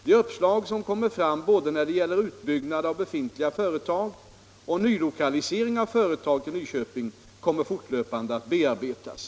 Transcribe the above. De uppslag som kommer fram både när det gäller utbyggnad av befintliga företag och nylokalisering av företag till Nyköping kommer fortlöpande att bearbetas.